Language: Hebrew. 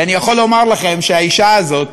ואני יכול לומר לכם שהאישה הזאת,